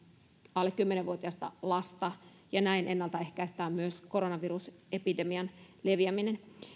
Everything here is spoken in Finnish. alle kymmenen vuotiasta lasta ja näin ennaltaehkäistään myös koronavirusepidemian leviäminen